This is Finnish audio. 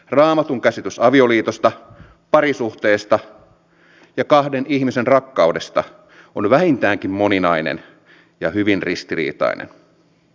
raamatun käsitys avioliitosta parisuhteesta ja kahden ihmisen rakkaudesta on vähintäänkin moninainen ja hyvin ristiriitainen